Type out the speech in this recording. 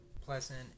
pleasant